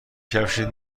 کفشت